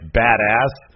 badass